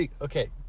Okay